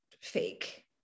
fake